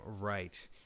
right